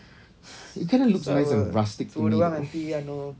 it kinda looks more like uh rustic to me